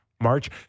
March